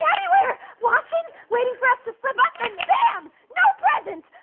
yeah anywhere watching waiting for us to flub up and bam no presents.